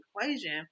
equation